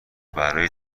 برای